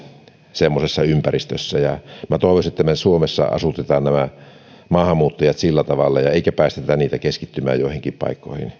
semmoisessa ympäristössä minä toivoisin että me suomessa emme asuta maahanmuuttajia sillä tavalla emmekä päästä heitä keskittymään joihinkin paikkoihin